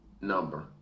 number